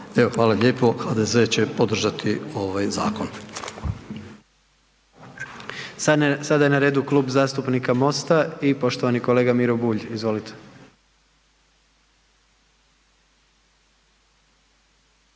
**Jandroković, Gordan (HDZ)** Sada je na redu Kluba zastupnika Mosta i poštovani kolega Miro Bulj, izvolite.